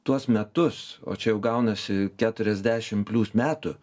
tuos metus o čia jau gaunasi keturiasdešim plius metų